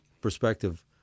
perspective